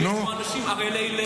שיש פה אנשים ערלי לב,